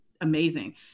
amazing